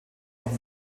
auch